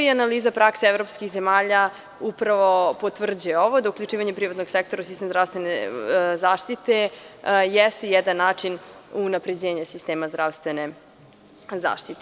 Analiza prakse evropskih zemalja upravo potvrđuje ovo, da uključivanje privatnog sektora u sistem zdravstvene zaštite jeste jedan način unapređenja sistema zdravstvene zaštite.